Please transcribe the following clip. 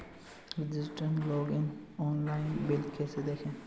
Registration login online bill कैसे देखें?